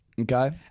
Okay